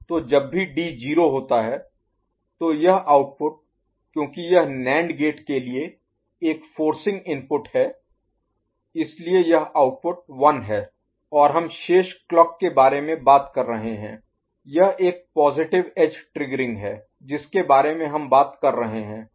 तो जब भी D 0 होता है तो यह आउटपुट क्योंकि यह NAND गेट के लिए एक फोर्सिंग इनपुट है इसलिए यह आउटपुट 1 है और हम बाकी के क्लॉक के बारे में बात कर रहे हैं यह एक पॉजिटिव एज ट्रिग्गरिंग है जिसके बारे में हम बात कर रहे हैं